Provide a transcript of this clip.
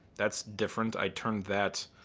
that's different. i turned that.